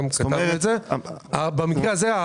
במקרה הזה,